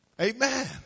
Amen